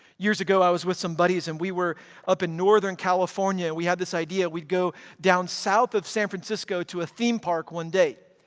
years ago, i was with some buddies and we were up in northern california. we had this idea, we'd go down south of san francisco to a theme park one day.